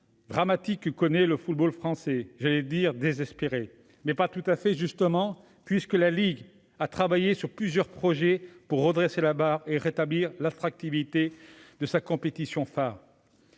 dramatique que connaît le football français- j'allais dire « désespérée », mais elle ne l'est pas tout à fait justement, puisque la ligue a travaillé sur plusieurs projets pour redresser la barre et rétablir l'attractivité de sa compétition phare.